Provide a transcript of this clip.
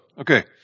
okay